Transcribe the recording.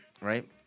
right